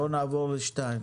בואו נעבור ל-2.